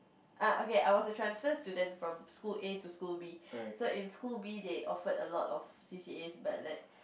ah okay I was a transfer student from school A to school B so in school B they offered a lot of C_C_As but like